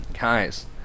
Guys